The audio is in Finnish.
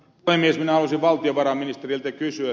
minä haluaisin valtiovarainministeriltä kysyä